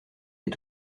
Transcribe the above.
est